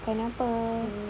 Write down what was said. makan apa